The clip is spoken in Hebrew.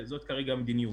זאת כרגע המדיניות.